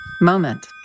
moment